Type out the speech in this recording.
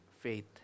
faith